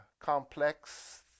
complex